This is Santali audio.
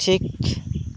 ᱴᱷᱤᱠ